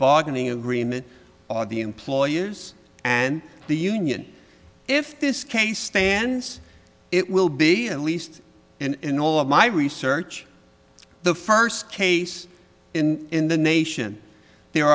bargaining agreement are the employers and the union if this case stands it will be at least in all of my research the first case in in the nation there